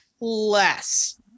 Less